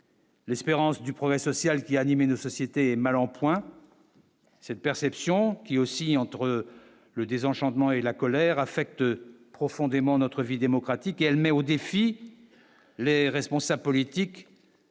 l'espérance du progrès social qui a animé une société mal en point cette perception qui est aussi entre le désenchantement et la colère affecte profondément notre vie démocratique et elle met au défi les responsables politiques